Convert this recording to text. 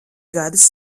gadus